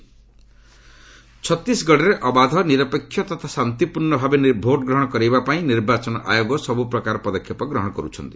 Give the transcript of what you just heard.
Chhattisgarh election ଛତିଶଗଡ଼ରେ ଅବାଧ ନିରପେକ୍ଷ ତଥା ଶାନ୍ତିପୂର୍ଣ୍ଣ ଭାବେ ଭୋଟ ଗ୍ରହଣ କରିବାପାଇଁ ନିର୍ବାଚନ ଆୟୋଗ ସବୁପ୍ରକାର ପଦକ୍ଷେପ ଗ୍ରହଣ କରୁଛନ୍ତି